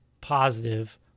positive